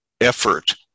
effort